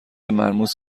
مرموز